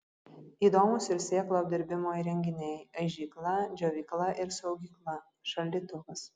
įdomūs ir sėklų apdirbimo įrenginiai aižykla džiovykla ir saugykla šaldytuvas